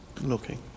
looking